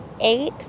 eight